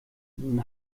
nun